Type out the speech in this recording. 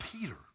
Peter